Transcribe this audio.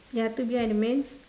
ya two behind the man